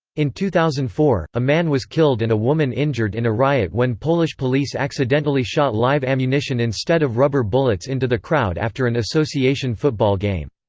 in two thousand and four, a man was killed and a woman injured in a riot when polish police accidentally shot live ammunition instead of rubber bullets into the crowd after an association football game.